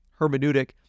hermeneutic